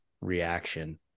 reaction